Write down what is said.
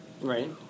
Right